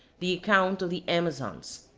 the account of the amazons,